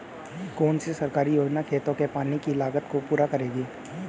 कौन सी सरकारी योजना खेतों के पानी की लागत को पूरा करेगी?